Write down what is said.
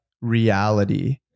reality